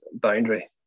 Boundary